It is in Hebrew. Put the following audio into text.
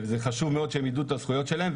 וחשוב מאוד שהם ידעו את הזכויות שלהם.